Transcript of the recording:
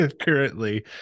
currently